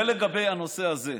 זה לגבי הנושא הזה.